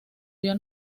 vio